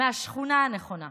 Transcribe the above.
מהשכונה הנכונה,